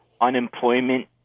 Unemployment